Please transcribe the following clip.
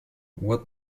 what